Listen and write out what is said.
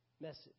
message